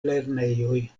lernejoj